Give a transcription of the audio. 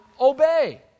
obey